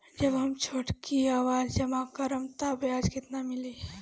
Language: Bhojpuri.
जब हम छोटी अवधि जमा करम त ब्याज केतना मिली?